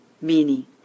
meaning